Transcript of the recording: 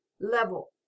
level